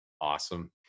awesome